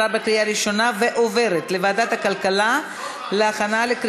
לוועדת הכלכלה נתקבלה.